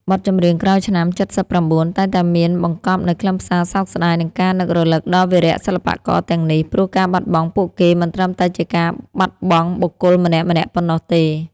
បទចម្រៀងក្រោយឆ្នាំ ៧៩ តែងតែមានបង្កប់នូវខ្លឹមសារសោកស្តាយ និងការនឹករលឹកដល់វីរសិល្បករទាំងនេះ ព្រោះការបាត់បង់ពួកគេមិនត្រឹមតែជាការបាត់បង់បុគ្គលម្នាក់ៗប៉ុណ្ណោះទេ។